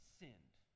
sinned